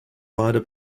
wider